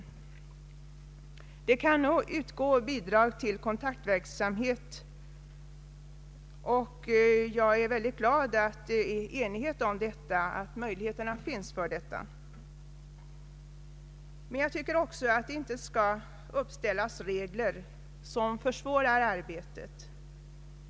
Bidrag kan utgå till kontaktverksamhet, och jag är mycket glad över att det råder enighet om att möjligheter till bidrag skall finnas. Men jag tycker också att det inte bör uppställas regler som försvårar arbetet.